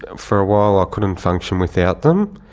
for a while i couldn't function without them.